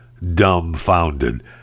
dumbfounded